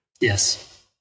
Yes